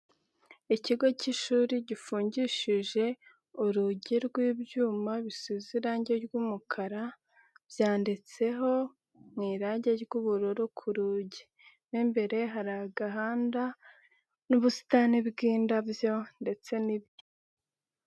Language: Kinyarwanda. Ikigo k'ishuri gifungishije urugi rw'ibyuma bisize irange ry'umukara byanditseho mu irange ry'ubururu ku rugi, mu imbere hari agahanda n'ubusitani bw'indabyo ndetse n'ibiti.